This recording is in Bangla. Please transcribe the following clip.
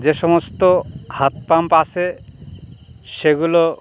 যে সমস্ত হাত পাম্প আছে সেগুলো